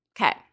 Okay